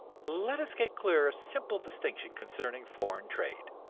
let us get clear a simple distinction concerning foreign trade.